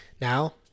Now